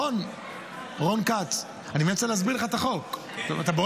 רון, רון כץ, אני באמצע להסביר לך את החוק.